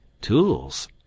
Tools